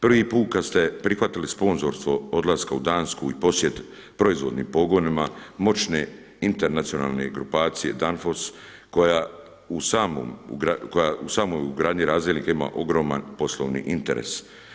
Prvi put kad ste prihvatili sponzorstvo odlaska u Dansku i posjet proizvodnim pogonima moćne internacionalne grupacije Danfoss koja u samoj ugradnji razdjelnika ima ogroman poslovni interes.